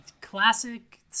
classic